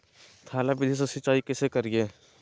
थाला विधि से सिंचाई कैसे करीये?